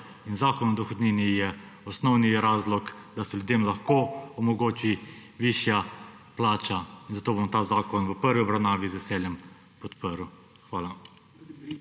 Zakon o dohodnini je osnovni razlog, da se ljudem lahko omogoči višja plača, zato bom ta zakon v prvi obravnavi z veseljem podprl. Hvala.